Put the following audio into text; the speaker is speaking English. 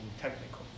technical